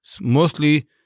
mostly